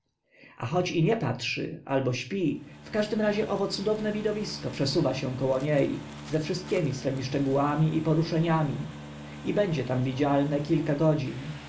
a choć i nie patrzy albo śpi w każdym razie owo cudowne widowisko przesuwa się koło nie ze wszystkimi swymi szczegółami i poruszeniami i będzie tam widzialne kilka godzin